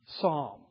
psalm